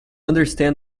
understand